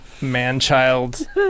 man-child